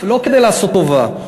לא כדי לעשות טובה.